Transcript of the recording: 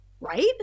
right